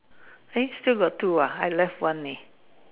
eh still got two ah I left one leh